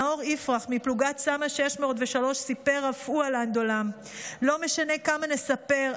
נאור יפרח מפלוגת צמ"ה 603 סיפר אף הוא על אנדועלם: לא משנה כמה נספר,